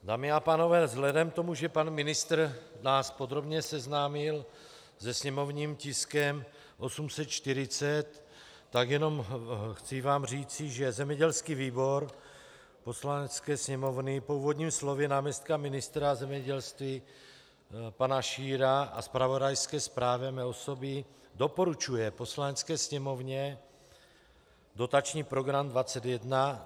Dámy a pánové, vzhledem k tomu, že pan ministr nás podrobně seznámil se sněmovním tiskem 840, tak vám jenom chci říci, že zemědělský výbor Poslanecké sněmovny po úvodním slově náměstka ministra zemědělství pana Šíra a zpravodajské zprávě mé osoby doporučuje Poslanecké sněmovně Dotační program 21.